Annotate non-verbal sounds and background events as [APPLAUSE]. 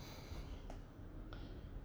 [BREATH]